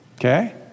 Okay